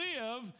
live